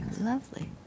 Lovely